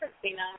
Christina